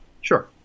Sure